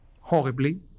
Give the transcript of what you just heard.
horribly